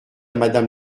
madame